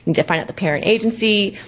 and find out the parent agency.